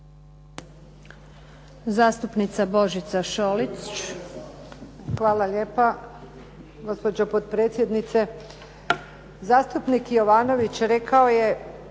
**Šolić, Božica (HDZ)** Hvala lijepa gospođo potpredsjednice. Zastupnik Jovanović rekao je,